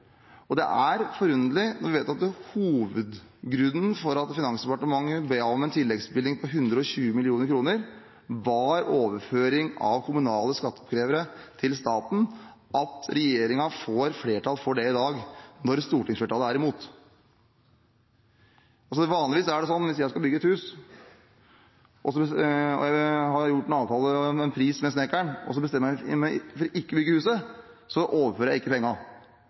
Og det er forunderlig – når vi vet at hovedgrunnen til at Finansdepartementet ba om en tilleggsbevilgning på 120 mill. kr, var overføring av kommunale skatteoppkrevere til staten – at regjeringen får flertall for det i dag, når stortingsflertallet er imot. Vanligvis er det sånn: Hvis jeg skal bygge et hus, og jeg har gjort en avtale om pris med snekkeren, og så bestemmer jeg meg for ikke å bygge huset, da overfører jeg ikke